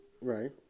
right